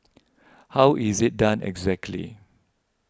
how is it done exactly